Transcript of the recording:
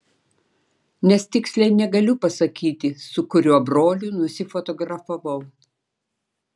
nes tiksliai negaliu pasakyti su kuriuo broliu nusifotografavau